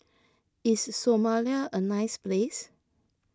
is Somalia a nice place